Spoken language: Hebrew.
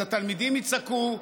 אז התלמידים יצעקו,